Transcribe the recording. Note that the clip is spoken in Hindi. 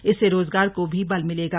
इससे रोजगार को भी बल मिलेगा